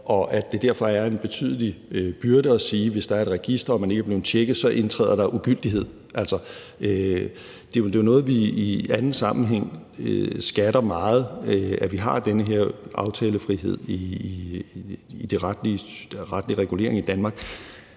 og at det derfor er en betydelig byrde at sige, at hvis der er et register og man ikke er blevet tjekket, indtræder der ugyldighed. Altså, det er jo noget, vi i anden sammenhæng skatter meget højt, altså at vi har den her aftalefrihed i den retlige regulering i Danmark.